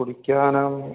കുടിക്കാൻ